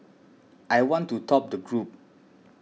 I want to top the group